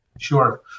Sure